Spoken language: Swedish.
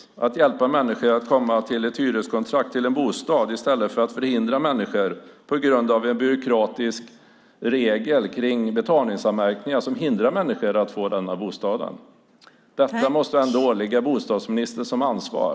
De ska hjälpa människor att få ett hyreskontrakt så att de på grund av en byråkratisk regel om betalningsanmärkning inte förhindras att få en bostad. Detta måste vara bostadsministerns ansvar.